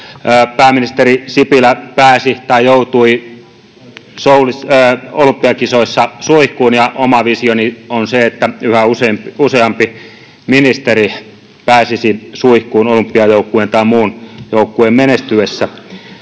Pääministeri Sipilä pääsi, tai joutui, olympiakisoissa suihkuun, ja oma visioni on se, että yhä useampi ministeri pääsisi suihkuun olympiajoukkueen tai muun joukkueen menestyessä.